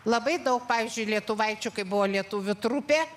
labai daug pavyzdžiui lietuvaičių kaip buvo lietuvių trupė